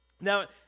Now